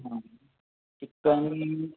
हां चिक्कन